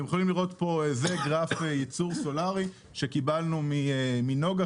אתם יכולים לראות פה בשקף גרף ייצור סולארי שקיבלנו מ'נגה',